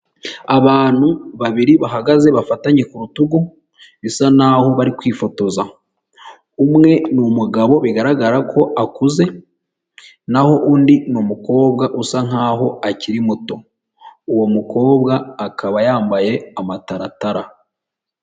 Abantu babiri bahagaze bafatanye ku rutugu bisa naho bari kwifotoza, umwe ni umugabo bigaragara ko akuze naho undi ni umukobwa usa nkaho akiri muto, uwo mukobwa akaba yambaye amataratara.